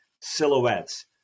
silhouettes